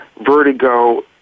vertigo